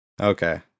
Okay